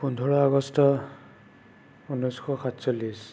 পোন্ধৰ আগষ্ট ঊনৈছশ সাতচল্লিছ